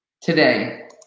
Today